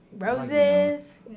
roses